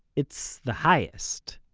it's the highest.